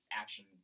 action